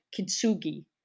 Kitsugi